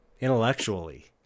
intellectually